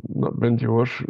na bent jau aš